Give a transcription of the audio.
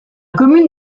commune